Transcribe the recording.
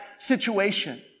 situation